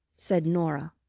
said norah,